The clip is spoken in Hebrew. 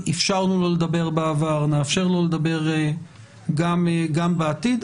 אפשרנו לו לדבר בעבר ונאפשר לו לדבר גם בעתיד,